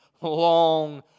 long